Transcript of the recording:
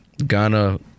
ghana